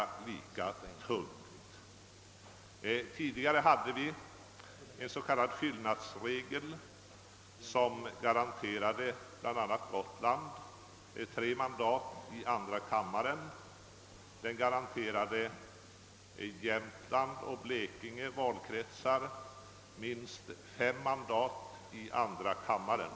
Enligt förut gällande system hade vi en s.k. fyllnadsregel, som garanterade bl.a. Gotland tre mandat i andra kammaren samt Jämtlands och Blekinge läns valkretsar minst fem mandat i andra kammaren.